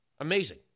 Amazing